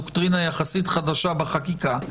הרי זכויות נפגעי עבירה זה דוקטרינה חדשה יחסית בחקירה,